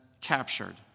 captured